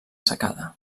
secada